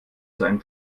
seinen